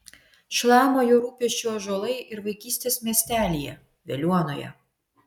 šlama jo rūpesčiu ąžuolai ir vaikystės miestelyje veliuonoje